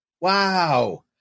Wow